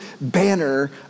banner